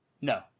No